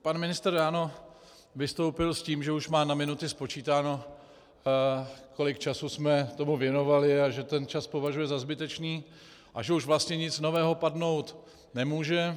Pan ministr ráno vystoupil s tím, že už má na minuty spočítáno, kolik času jsme tomu věnovali, a že ten čas považuje za zbytečný a že už vlastně nic nového padnout nemůže.